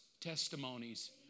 testimonies